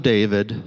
David